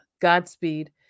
Godspeed